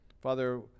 Father